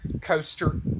coaster